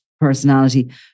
personality